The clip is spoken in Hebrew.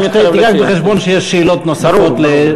תביא בחשבון שיש שאלות נוספות, ברור, ברור.